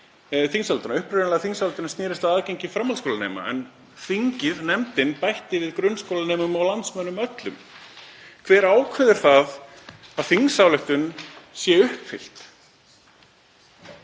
þingsályktunina, upprunalega þingsályktunin snerist um aðgengi framhaldsskólanema en þingið, nefndin bætti við grunnskólanemum og landsmönnum öllum: Hver ákveður að þingsályktun sé uppfyllt?